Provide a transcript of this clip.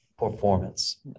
performance